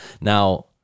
Now